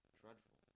dreadful